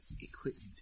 equipment